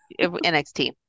NXT